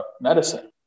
medicine